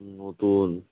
বোতল